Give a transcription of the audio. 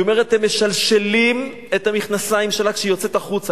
היא אומרת: הם משלשלים את המכנסיים כשהיא יוצאת החוצה,